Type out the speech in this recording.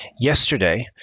yesterday